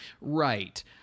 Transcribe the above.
Right